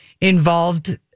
involved